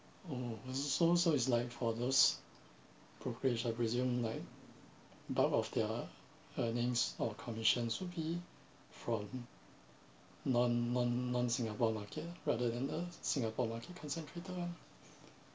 oh so so is like for those brokerage I presume like bulk of their earnings or commissions would be from non non non singapore market ah rather than a singapore market concentrated one